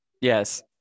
yes